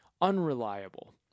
unreliable